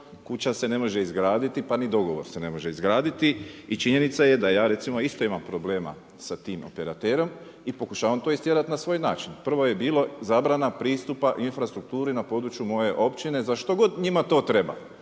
kuća se ne može izgraditi pa ni dogovor se ne može izgraditi i činjenica je da ja recimo isto imam problema sa tim operaterom i pokušavam to istjerati na svoj način. Prvo je bilo zabrana pristupa infrastrukturi na području moje općine za što god njima to treba.